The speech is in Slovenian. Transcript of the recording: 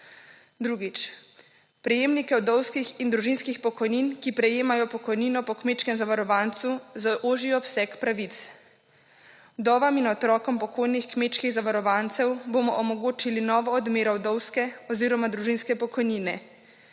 Drugič, prejemnike vdovskih in družinskih pokojnin, ki prejemajo pokojnino po kmečkem zavarovancu za ožji obseg pravic. Vdovam in otrokom pokojnih kmečkih zavarovancev bomo omogočili novo odmero vdovske oziroma družinske pokojnine.